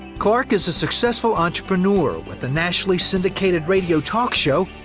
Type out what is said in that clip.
clark is a successful entrepreneur, with a nationally syndicated radio talk show,